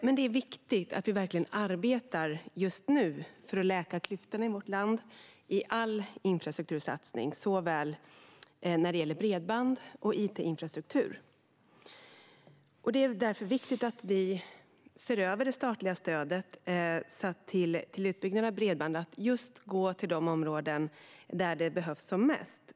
Men det är viktigt att vi just nu verkligen arbetar för att läka klyftorna i vårt land i all infrastruktursatsning, även när det gäller bredband och it-infrastruktur. Det är därför viktigt att vi ser över det statliga stödet till utbyggnad av bredband så att det går till just de områden där det behövs som mest.